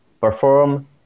perform